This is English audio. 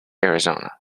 arizona